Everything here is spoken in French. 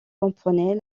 comprenait